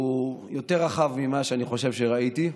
שהוא יותר רחב ממה שאני חושב שראיתי,